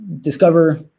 Discover